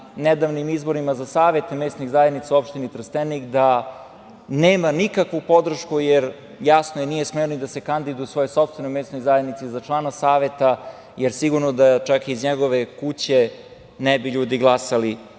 nedavnim izborima za savete mesnih zajednica u opštini Trstenik da nema nikakvu podršku, jer jasno je da nije smeo ni da se kandiduje u svojoj sopstvenoj mesnoj zajednici za člana Saveta, jer sigurno da čak i iz njegove kuće ne bi ljudi glasali